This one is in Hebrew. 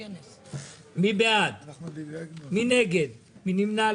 אני רק מבקש להשתדל להביא נימוקים על החוק.